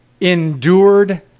endured